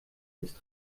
ist